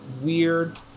weird